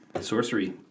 Sorcery